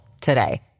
today